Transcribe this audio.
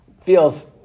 feels